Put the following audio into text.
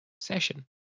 session